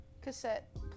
cassette